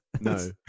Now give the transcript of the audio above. No